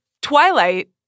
Twilight